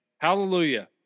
Hallelujah